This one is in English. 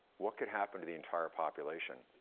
what could happen to the entire population?